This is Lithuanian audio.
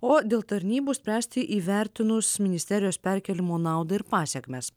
o dėl tarnybų spręsti įvertinus ministerijos perkėlimo naudą ir pasekmes